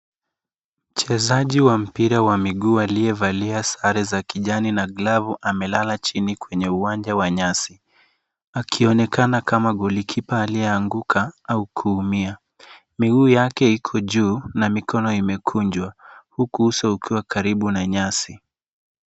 Mchezaji wa mpira wa miguu aliyevalia sare za kijani na glavu amelala chini kwenye uwanja wa nyasi, akionekana kama golikipa aliyeanguka au kuumia. Miguu yake iko juu na mikono imekunjwa uku uso ukiwa karibu na nyasi.